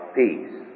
peace